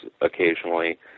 occasionally